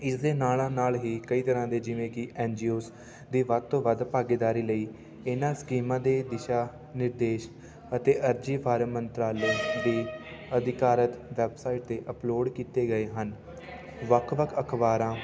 ਇਸਦੇ ਨਾਲ ਨਾਲ ਹੀ ਕਈ ਤਰ੍ਹਾਂ ਦੇ ਜਿਵੇਂ ਕਿ ਐੱਨ ਜੀ ਓਜ ਦੀ ਵੱਧ ਤੋਂ ਵੱਧ ਭਾਗੀਦਾਰੀ ਲਈ ਇਹਨਾਂ ਸਕੀਮਾਂ ਦੇ ਦਿਸ਼ਾ ਨਿਰਦੇਸ਼ ਅਤੇ ਅਰਜ਼ੀ ਫਾਰਮ ਮੰਤਰਾਲੇ ਦੀ ਅਧਿਕਾਰਤ ਵੈਬਸਾਈਟ 'ਤੇ ਅਪਲੋਡ ਕੀਤੇ ਗਏ ਹਨ ਵੱਖ ਵੱਖ ਅਖਬਾਰਾਂ